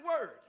word